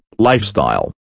Lifestyle